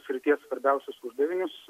srities svarbiausius uždavinius